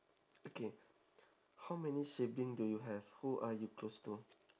okay how many sibling do you have who are you close to